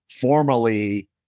formally